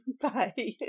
Bye